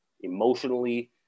emotionally